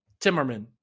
Timmerman